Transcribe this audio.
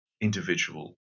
individual